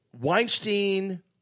Weinstein